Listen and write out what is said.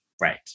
Right